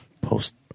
Post